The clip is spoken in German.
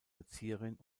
erzieherin